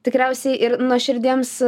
tikriausiai ir nuoširdiems